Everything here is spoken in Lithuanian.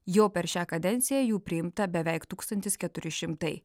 jau per šią kadenciją jų priimta beveik tūkstantis keturi šimtai